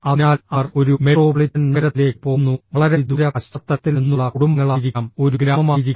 അതിനാൽ അവർ ഒരു മെട്രോപൊളിറ്റൻ നഗരത്തിലേക്ക് പോകുന്നു വളരെ വിദൂര പശ്ചാത്തലത്തിൽ നിന്നുള്ള കുടുംബങ്ങളായിരിക്കാം ഒരു ഗ്രാമമായിരിക്കാം